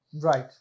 Right